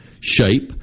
shape